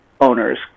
owners